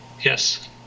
Yes